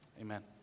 Amen